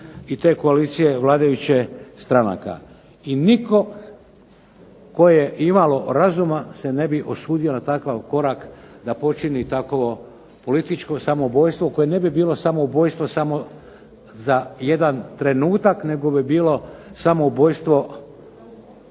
i te koalicije vladajuće stranaka. I nitko tko je imalo razuman se ne bi usudio na takav korak da počini takovo političko samoubojstvo koje ne bi bilo samoubojstvo samo za jedan trenutak nego bi bilo samoubojstvo